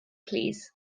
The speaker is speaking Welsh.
plîs